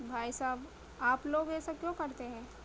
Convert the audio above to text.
بھائی صاحب آپ لوگ ایسا کیوں کرتے ہیں